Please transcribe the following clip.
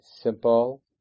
simple